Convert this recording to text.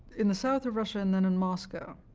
in the south of russia and then in moscow.